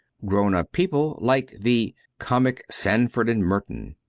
grown up people like the comic sandford and merton,